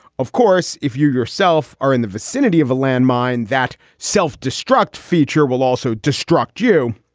of course, if you yourself are in the vicinity of a landmine, that self-destruct feature will also destruct you.